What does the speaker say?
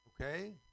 Okay